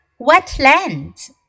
Wetlands